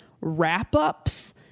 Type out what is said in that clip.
wrap-ups